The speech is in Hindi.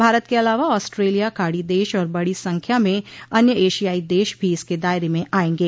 भारत के अलावा ऑस्ट्रेलिया खाड़ी देश और बड़ी संख्या में अन्य एशियाई देश भी इसके दायरे में आयेंगे